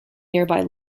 nearby